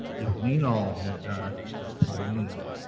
if meemaw had died instead of pauline,